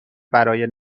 برای